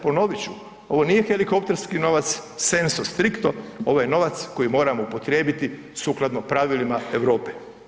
Ponovit ću, ovo nije helikopterski novac senzo strikto, ovo je novac koji moramo upotrijebiti sukladno pravilima Europe.